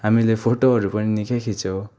हामीले फोटोहरू पनि निकै खिच्यौँ